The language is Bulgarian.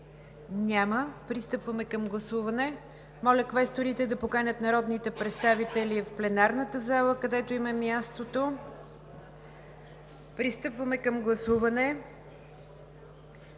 Няма. Пристъпваме към гласуване. Моля квесторите да поканят народните представители в пленарната зала, където им е мястото. Подлагам на гласуване